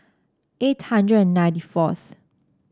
eight hundred and ninety fourth